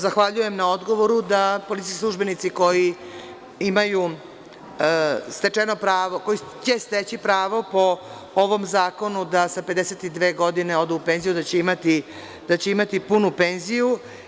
Zahvaljujem na odgovoru da policijski službenici koji će steći pravo po ovom zakonu da sa 52 godine odu u penziju, da će imati punu penziju.